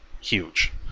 huge